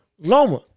Loma